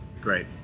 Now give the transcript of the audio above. Great